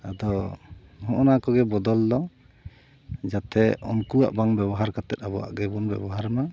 ᱟᱫᱚ ᱦᱚᱸᱜᱼᱱᱟ ᱠᱚᱜᱮ ᱵᱚᱫᱚᱞ ᱫᱚ ᱡᱟᱛᱷᱮ ᱩᱱᱠᱩᱣᱟᱜ ᱵᱟᱝ ᱵᱮᱵᱚᱦᱟᱨ ᱠᱟᱛᱮᱫ ᱟᱵᱚᱣᱟᱜ ᱜᱮᱵᱚᱱ ᱵᱮᱵᱚᱦᱟᱨ ᱢᱟ